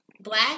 black